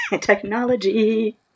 Technology